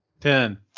Ten